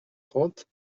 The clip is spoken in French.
trente